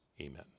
Amen